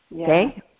Okay